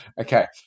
okay